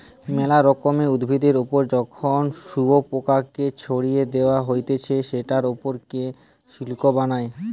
মেলা রকমের উভিদের ওপর যখন শুয়োপোকাকে ছেড়ে দেওয়া হতিছে সেটার ওপর সে সিল্ক বানায়